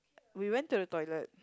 we went to the toilet